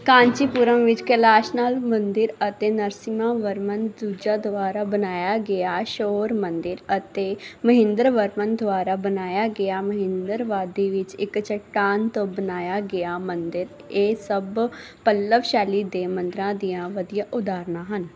ਕਾਂਚੀਪੁਰਮ ਵਿੱਚ ਕਲਾਸ਼ਨਾਲ ਮੰਦਿਰ ਅਤੇ ਨਰਸਿਮਹਾਵਰਮਨ ਦੂਜਾ ਦੁਆਰਾ ਬਣਾਇਆ ਗਿਆ ਸ਼ੋਰ ਮੰਦਿਰ ਅਤੇ ਮਹਿੰਦਰਵਰਮਨ ਦੁਆਰਾ ਬਣਾਇਆ ਗਿਆ ਮਹਿੰਦਰਵਾਦੀ ਵਿੱਚ ਇੱਕ ਚੱਟਾਨ ਤੋਂ ਬਨਾਇਆ ਗਿਆ ਮੰਦਿਰ ਇਹ ਸਭ ਪੱਲਵ ਸ਼ੈਲੀ ਦੇ ਮੰਦਰਾਂ ਦੀਆਂ ਵਧੀਆ ਉਦਾਹਰਨਾ ਹਨ